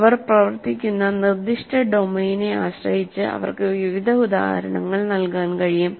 അവർ പ്രവർത്തിക്കുന്ന നിർദ്ദിഷ്ട ഡൊമെയ്നെ ആശ്രയിച്ച് അവർക്ക് വിവിധ ഉദാഹരണങ്ങൾ നൽകാൻ കഴിയും